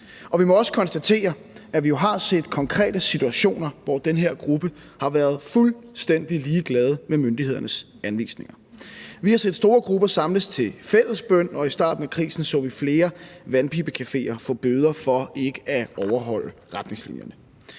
vi må også konstatere, at vi jo har set konkrete situationer, hvor den her gruppe har været fuldstændig ligeglade med myndighedernes anvisninger. Vi har set store grupper samles til fællesbøn, og i starten af krisen så vi flere vandpibecafeer få bøder for ikke at overholde retningslinjerne.